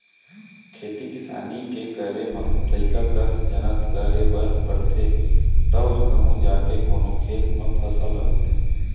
खेती किसानी के करे म लइका कस जनत करे बर परथे तव कहूँ जाके कोनो खेत म फसल ह होथे